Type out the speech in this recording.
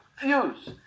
views